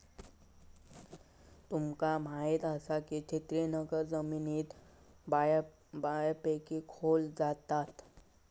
तुमका म्हायत आसा, की छिन्नी नांगर जमिनीत बऱ्यापैकी खोल जाता